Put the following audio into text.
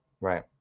Right